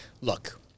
Look